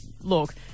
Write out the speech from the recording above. look